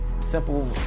simple